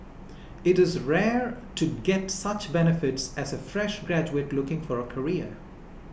it is rare to get such benefits as a fresh graduate looking for a career